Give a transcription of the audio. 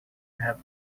have